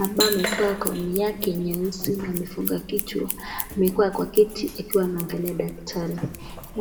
aambaye amevaa gauni yake nyeusi na amefunga kichwa, amekaa kwa kiti akiwa anaangalia daktari.